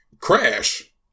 Crash